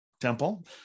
Temple